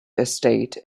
estate